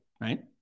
right